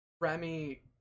Remy